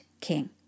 king